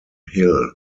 hill